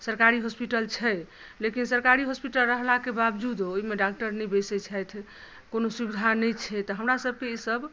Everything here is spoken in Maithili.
सरकारी हॉस्पिटल छै लेकिन सरकारी हॉस्पिटल रहलाकेँ बावजूदो ओहिमे डॉक्टर नहि बैसै छथि कोनो सुविधा नहि छै तऽ हमरा सबकेँ ई सब